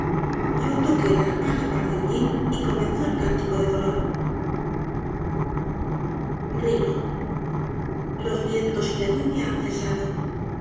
yo toqué el arpa á la par de ullin y comenzó el cántico de dolor riño los vientos y la lluvia han cesado